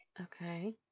Okay